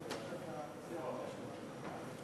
שלוש דקות.